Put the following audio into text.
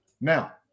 Now